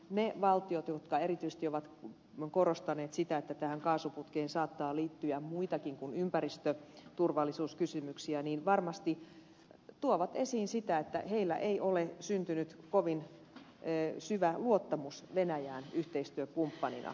ne valtiot jotka erityisesti ovat korostaneet sitä että tähän kaasuputkeen saattaa liittyä muitakin kuin ympäristöturvallisuuskysymyksiä niin varmasti tuovat esiin sitä että heillä ei ole syntynyt kovin syvä luottamus venäjään yhteistyökumppanina